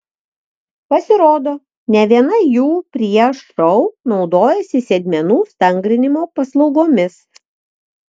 pasirodo ne viena jų prieš šou naudojasi sėdmenų stangrinimo paslaugomis